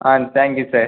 ah thank you sir